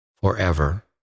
forever